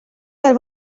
del